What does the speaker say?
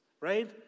right